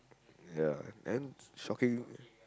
ya then shocking